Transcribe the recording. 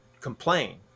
complain